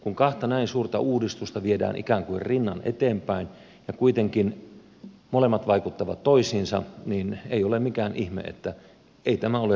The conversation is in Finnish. kun kahta näin suurta uudistusta viedään ikään kuin rinnan eteenpäin ja kuitenkin molemmat vaikuttavat toisiinsa niin ei ole mikään ihme että ei tämä ole toiminut